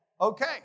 Okay